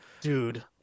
dude